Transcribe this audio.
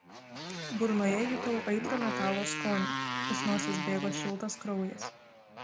burnoje jutau aitrų metalo skonį iš nosies bėgo šiltas kraujas